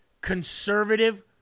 conservative